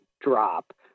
drop